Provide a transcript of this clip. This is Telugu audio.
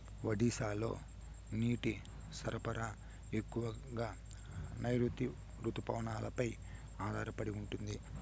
ఒడిశాలో నీటి సరఫరా ఎక్కువగా నైరుతి రుతుపవనాలపై ఆధారపడి ఉంటుంది